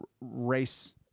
race